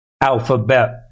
Alphabet